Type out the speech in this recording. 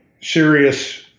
serious